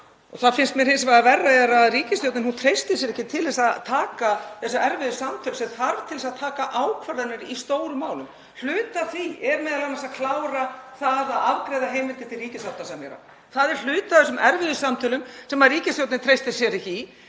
sem mér finnst hins vegar verra er að ríkisstjórnin treystir sér ekki til að taka þessi erfiðu samtöl sem þarf til þess að taka ákvarðanir í stórum málum. Hluti af því er m.a. að klára það að afgreiða heimildir til ríkissáttasemjara. Það er hluti af þessum erfiðu samtölum sem ríkisstjórnin treystir sér ekki í.